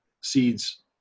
seeds